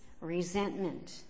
resentment